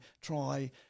try